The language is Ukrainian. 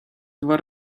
два